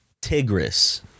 Tigris